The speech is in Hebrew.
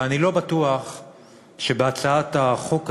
ואני לא בטוח שבהצעת החוק הזאת,